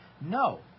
No